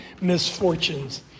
misfortunes